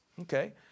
Okay